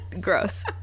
Gross